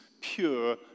pure